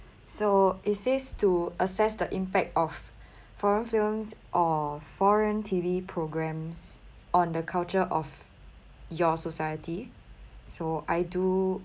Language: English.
so it says to assess the impact of foreign films or foreign T_V programs on the culture of your society so I do